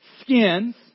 skins